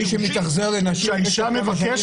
האיש שמתאכזר לנשים במשך כל השנים,